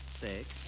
Six